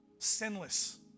sinless